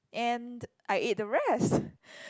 and I ate the rest